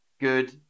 Good